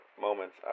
moments